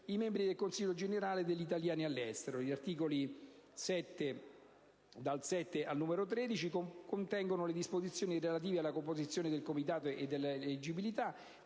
i membri del Consiglio generale degli italiani all'estero. Gli articoli dal 7 al 13 contengono le disposizioni relative alla composizione del Comitato e l'eleggibilità,